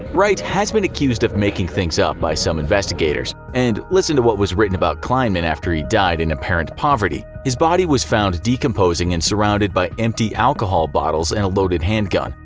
wright has been accused of making things up by some investigators. and listen to what was written about kleinman after he died in apparent poverty. his body was found decomposing and surrounded by empty alcohol bottles and a loaded handgun,